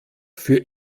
für